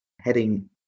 heading